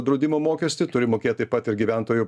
draudimo mokestį turi mokėt taip pat ir gyventojų